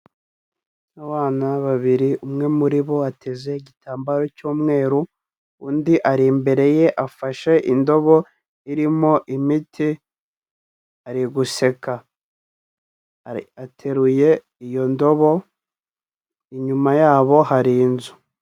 Abana babiri umwe muri bo ateze igitambaro cy'umweru, undi ari imbere ye afashe indobo irimo imiti ari guseka. Ateruye iyo ndobo inyuma yabo hari inzu.